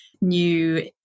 new